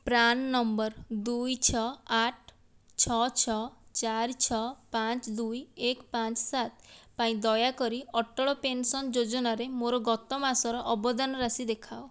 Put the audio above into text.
PRAN number ଦୁଇ ଛଅ ଆଠ ଛଅ ଛଅ ଚାରି ଛଅ ପାଞ୍ଚ ଦୁଇ ଏକ ପାଞ୍ଚ ସାତ ପାଇଁ ଦୟାକରି ଅଟଳ ପେନ୍ସନ୍ ଯୋଜନାରେ ମୋର ଗତ ମାସର ଅବଦାନ ରାଶି ଦେଖାଅ